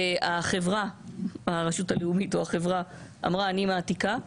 החברה או הרשות הלאומית, אמרה שהיא מעתיקה.